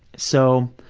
so,